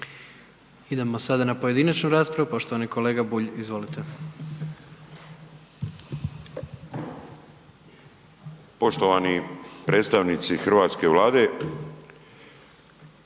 Idemo sada na pojedinačnu raspravu, poštovani kolega Bulj, izvolite. **Bulj, Miro (MOST)** Poštovani predstavnici hrvatske Vlade.